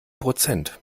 prozent